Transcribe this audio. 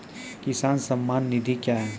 किसान सम्मान निधि क्या हैं?